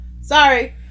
sorry